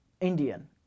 Indian